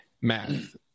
math